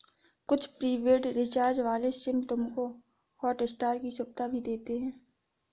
कुछ prepaid recharge वाले SIM तुमको हॉटस्टार की सुविधा भी देते हैं